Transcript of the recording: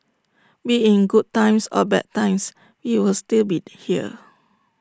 be IT in good times or bad times we will still be here